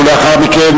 ולאחר מכן,